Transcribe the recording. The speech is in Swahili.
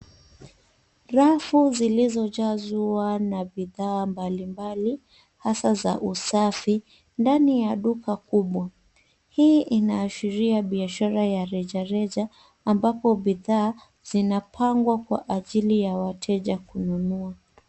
Rafu zilizojazwa na bidhaa mbalimbali hasa sa usafi ndani ya duka kubwa. Hii inaashiria biashara ya rejareja ambapo bidhaa zinapangwa kwa ajili ya wateja kununua.